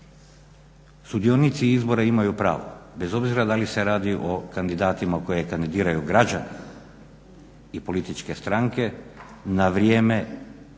Sudionici izbora imaju pravo, bez obzira da li se radi o kandidatima koje kandidiraju građani i političke stranke, na vrijeme